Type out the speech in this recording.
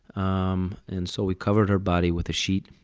um and so we covered her body with a sheet,